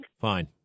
Fine